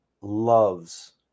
loves